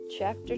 Chapter